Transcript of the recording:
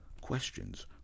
questions